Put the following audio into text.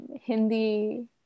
Hindi